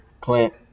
Clint